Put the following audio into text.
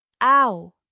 Ow